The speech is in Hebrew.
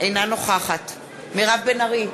אינה נוכחת מירב בן ארי,